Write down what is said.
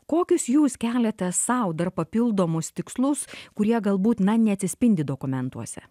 kokius jūs keliate sau dar papildomus tikslus kurie galbūt na neatsispindi dokumentuose